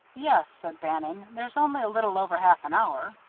yes, said bannon, there's only a little over half an hour.